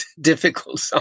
difficult